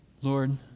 Lord